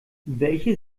welche